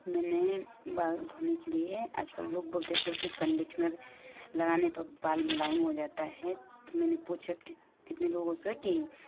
मैने बाल धोने के लिए आज कल लोग बोलते थे की कंडीशनर लगाने से बाल मुलायम हो जाता है तो मैंने पूछा की कितने लोगों से की